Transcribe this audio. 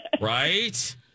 Right